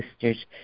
sisters